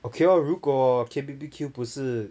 okay lor 如果 K_B_B_Q 不是